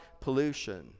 pollution